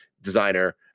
designer